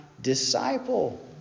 disciple